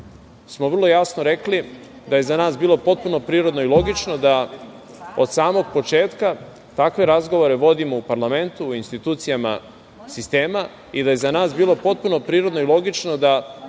smo vrlo jasno rekli da je za nas bilo potpuno prirodno i logično da od samog početka takve razgovore vodimo u parlamentu, u institucijama sistema i da je za nas bilo potpuno prirodno i logično da